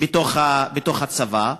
בתוך הצבא.